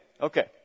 Okay